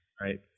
Right